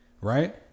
Right